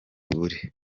buri